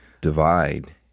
divide